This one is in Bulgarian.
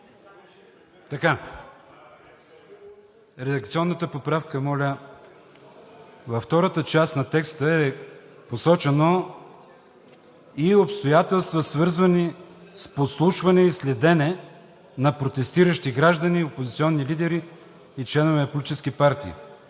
Редакционната поправка, моля – в текста е посочено: „и обстоятелства, свързани с подслушване и следене на протестиращи граждани, опозиционни лидери и членове на политически партии“.